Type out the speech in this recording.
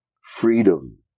Freedom